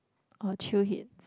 or chill hit